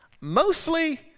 Mostly